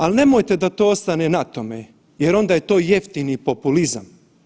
Ali nemojte da to ostane na tome jer onda je to jeftini populizam.